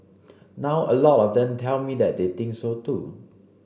now a lot of them tell me that they think so too